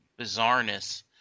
bizarreness